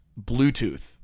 Bluetooth